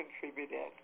contributed